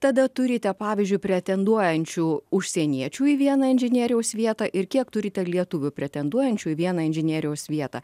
tada turite pavyzdžiui pretenduojančių užsieniečių į vieną inžinieriaus vietą ir kiek turite lietuvių pretenduojančių į vieną inžinieriaus vietą